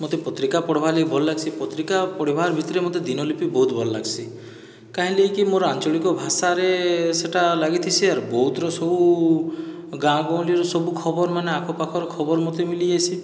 ମୋତେ ପତ୍ରିକା ପଢ଼୍ବା ଲାଗି ଭଲ୍ ଲାଗ୍ସି ପତ୍ରିକା ପଢ଼ିବାର୍ ଭିତରେ ମୋତେ ଦିନଲିପି ବହୁତ ଭଲ୍ ଲାଗ୍ସି କାଇଁ ଲାଗିକି ମୋର ଆଞ୍ଚଳିକ ଭାଷାରେ ସେହିଟା ଲାଗିଥିସି ଆର୍ ବୌଦ୍ଧର ସବୁ ଗାଁ ଗହଲିର ସବୁ ଖବର ମାନେ ଆଖପାଖର ଖବର ମୋତେ ମିଲି ଯାଇସି